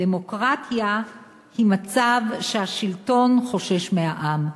דמוקרטיה היא מצב שהשלטון חושש מהעם.